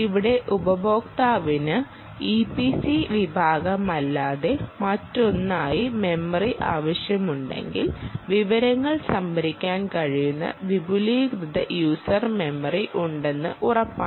ഇവിടെ ഉപയോക്താവിന് ഇപിസി വിഭാഗമല്ലാതെ മറ്റൊന്നിനായി മെമ്മറി ആവശ്യമുണ്ടെങ്കിൽ വിവരങ്ങൾ സംഭരിക്കാൻ കഴിയുന്ന വിപുലീകൃത യൂസർ മെമ്മറി ഉണ്ടെന്ന് ഉറപ്പാണ്